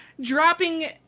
dropping